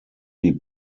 die